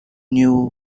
knew